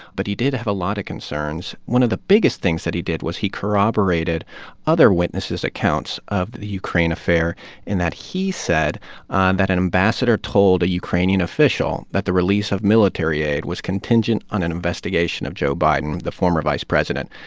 but he did have a lot of concerns. one of the biggest things that he did was he corroborated other witnesses' accounts of the ukraine affair in that he said and that an ambassador told a ukrainian official that the release of military aid was contingent on an investigation of joe biden, the former vice president.